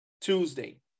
Tuesday